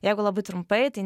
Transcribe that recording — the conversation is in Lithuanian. jeigu labai trumpai tai